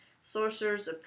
Sorcerer's